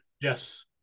yes